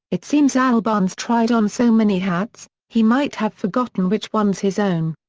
it seems albarn's tried on so many hats, he might have forgotten which one's his own.